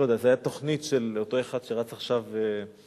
זו היתה תוכנית של אותו אחד שרץ עכשיו לכנסת,